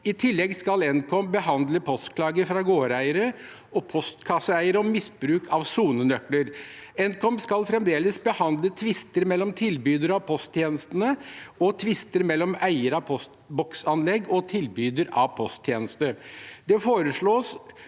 I tillegg skal Nkom behandle postklager fra gårdeiere og postkasseeiere om misbruk av sonenøkler. Nkom skal fremdeles behandle tvister mellom tilbydere av posttjenestene og tvister mellom eier av postboksanlegg og tilbyder av posttjeneste.